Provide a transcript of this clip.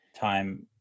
time